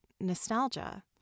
nostalgia